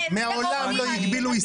מעולם לא הגבילו הסתייגויות.